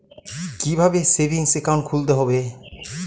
কীভাবে savings account খুলতে হবে?